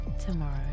tomorrow